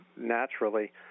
naturally